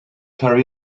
hurry